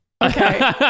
Okay